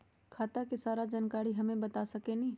खाता के सारा जानकारी हमे बता सकेनी?